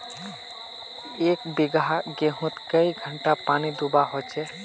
एक बिगहा गेँहूत कई घंटा पानी दुबा होचए?